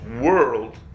world